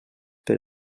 per